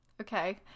okay